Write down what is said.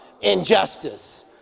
injustice